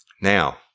Now